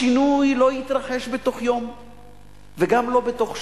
השינוי לא יתרחש בתוך יום וגם לא בתוך שנה.